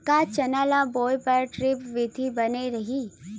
का चना ल पलोय बर ड्रिप विधी बने रही?